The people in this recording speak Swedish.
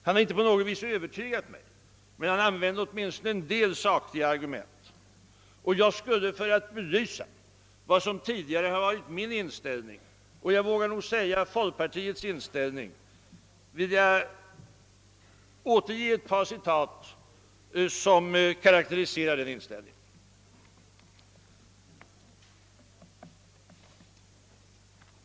Han har inte på något vis övertygat mig, men han använde åtminstone en del sakliga argument. Jag skulle för att belysa vad som tidigare har varit min och — det vågar jag säga — folkpartiets inställning vilja återge ett par yttranden som karakteriserar denna.